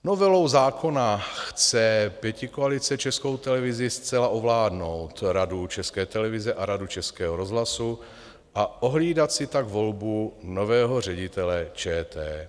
Novelou zákona chce pětikoalice Českou televizi zcela ovládnout, Radu České televize a Radu Českého rozhlasu, a ohlídat si tak volbu nového ředitele ČT.